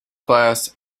class